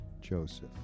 Joseph